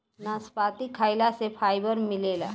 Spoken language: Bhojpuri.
नसपति खाइला से फाइबर मिलेला